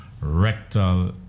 rectal